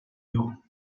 you